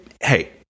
hey